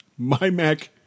MyMac